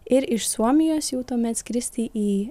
ir iš suomijos jau tuomet skristi į